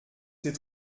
c’est